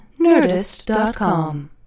Nerdist.com